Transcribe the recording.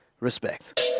respect